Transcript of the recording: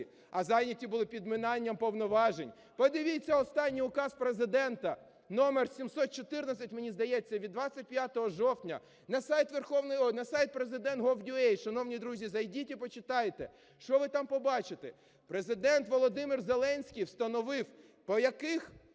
А зайняті були підминанням повноважень. Подивіться останній Указ Президента № 714, мені здається, від 25 жовтня. На сайт president.gov.ua, шановні друзі, зайдіть і почитайте. Що ви там побачите? Президент Володимир Зеленський встановив по яких